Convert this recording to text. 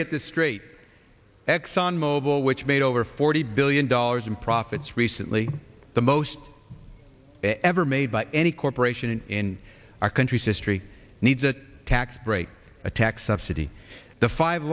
get this straight exxon mobil which made over forty billion dollars in profits recently the most ever made by any corporation in our country's history needs a tax break a tax subsidy the five